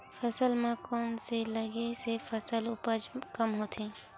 फसल म कोन से लगे से फसल उपज कम होथे?